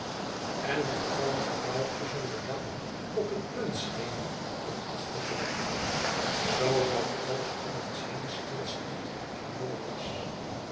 en een vervallen gebouwtje zonder dak op het punt schenen in af te glijden zoodat alles om ons heen stilstand en modder was